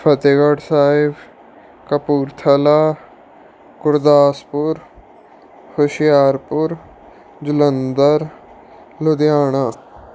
Fatehgarh Sahib Kapurthala Gurdaspur Hoshiarpur Jalandhar Ludhiana